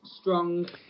strong